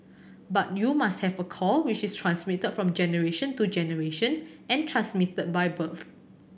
but you must have a core which is transmitted from generation to generation and transmitted by birth